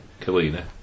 Kalina